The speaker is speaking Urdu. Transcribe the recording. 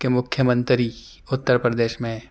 کے مکھیہ منتری اتّر پردیش میں